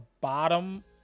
bottom